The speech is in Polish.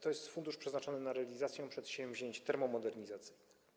To jest fundusz przeznaczony na realizację przedsięwzięć termomodernizacyjnych.